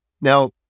Now